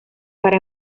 para